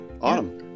Awesome